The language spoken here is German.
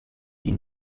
ihn